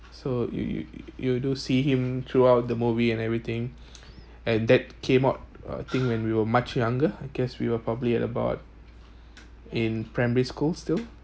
so you you you you do see him throughout the movie and everything and that came out uh think when we were much younger I guess we wwere probably at about in primary school still